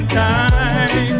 time